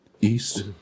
east